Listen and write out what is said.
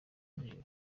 z’ijoro